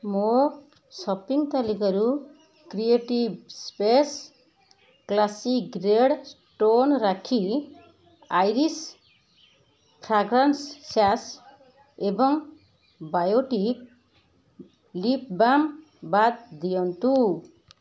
ମୋ ସପିଂ ତାଲିକାରୁ creative space classic red stone rakhi Irish fragrance sachet ଏବଂ ବାୟୋଟିକ୍ ଲିପ୍ବାମ୍ ବାଦ ଦିଅନ୍ତୁ